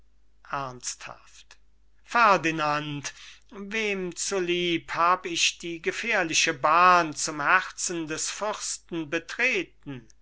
ferdinand wem zu lieb hab ich die gefährliche bahn zum herzen des fürsten betreten